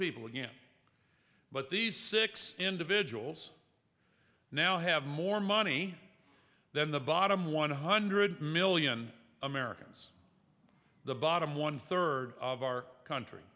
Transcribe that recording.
people again but these six individuals now have more money than the bottom one hundred million americans the bottom one third of our country